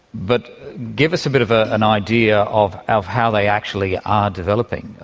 but give us a bit of ah an idea of of how they actually are developing. ah